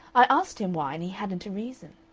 i asked him why, and he hadn't a reason.